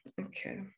Okay